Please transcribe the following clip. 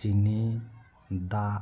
ᱪᱤᱱᱤ ᱫᱟᱜ